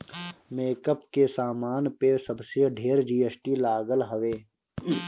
makeup के सामान पे सबसे ढेर जी.एस.टी लागल हवे